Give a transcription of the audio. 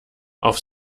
auf